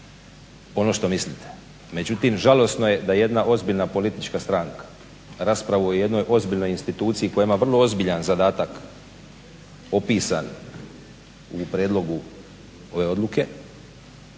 ono što mislite. Međutim, žalosno je da jedna ozbiljna politička stranka raspravu o jednoj ozbiljnoj instituciji koja ima vrlo ozbiljan zadatak opisan u prijedlogu ove odluke